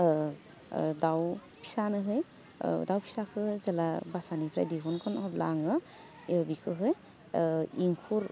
ओह ओह दाउ फिसानोहै ओह दाउ फिसाखो जेला बासानिफ्राय दिहुनगन अब्ला आङो एह बिखौहै ओह इंखुर